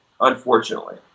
unfortunately